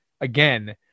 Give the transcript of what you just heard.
again